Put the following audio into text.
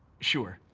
sure.